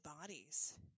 bodies